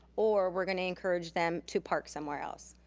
or we're gonna encourage them to park somewhere else.